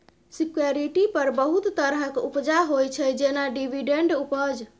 security पर बहुत तरहक उपजा होइ छै जेना डिवीडेंड उपज